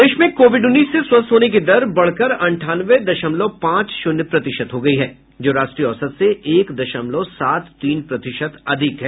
प्रदेश में कोविड उन्नीस से स्वस्थ होने की दर बढ़कर अंठानवे दशमलव पांच शून्य प्रतिशत हो गयी है जो राष्ट्रीय औसत से एक दशमलव सात तीन प्रतिशत अधिक है